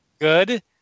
good